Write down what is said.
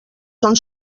són